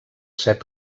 set